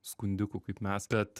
skundikų kaip mes kad